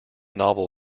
novel